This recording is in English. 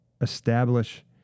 establish